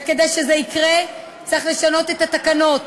וכדי שזה יקרה צריך לשנות את התקנות.